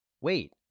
Wait